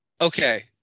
Okay